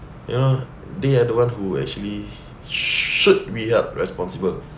you know they are the one who actually should be held responsible